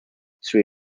sri